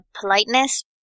politeness